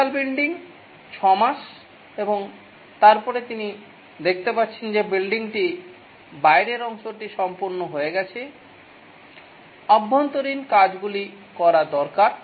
বিশাল building 6 মাস এবং তারপরে তিনি দেখতে পাচ্ছেন যে বিল্ডিংটি বাইরের অংশটি সম্পূর্ণ হয়ে আসছে অভ্যন্তরীণ কাজগুলি করা দরকার